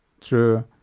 True